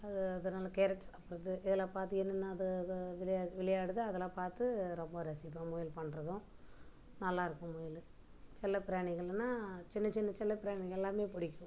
அது அது நல்லா கேரட் சாப்பிடுது இதல்லாம் பார்த்து என்னென்னா அது அது விளை விளையாடுது அதல்லாம் பார்த்து ரொம்ப ரசிப்போம் முயல் பண்ணுறதும் நல்லாஇருக்கும் முயல் செல்லப்பிராணிகள்ன்னா சின்ன சின்ன செல்லப்பிராணிகள்லாமே பிடிக்கும்